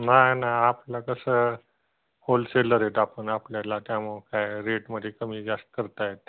नाही नाही आपलं कसं होलसेले रेट आपण आपल्याला त्यामुळं काय रेटमध्ये कमी जास्त करता येते